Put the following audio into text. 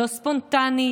לא ספונטני,